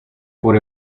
por